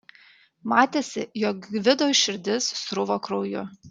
matėsi jog gvido širdis sruvo krauju